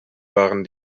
waren